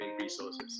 resources